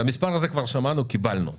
את המספר הזה כבר שמענו, קיבלנו אותו.